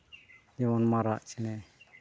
ᱡᱮᱢᱚᱱ ᱢᱟᱨᱟᱜ ᱪᱮᱬᱮ